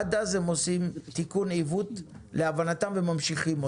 עד אז הם עושים תיקון עיוות להבנתם וממשיכים.